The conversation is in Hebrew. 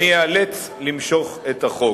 אני איאלץ למשוך את החוק.